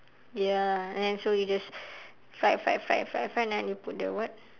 ya and so you just fry fry fry fry fry then you put the what